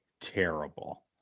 terrible